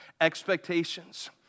expectations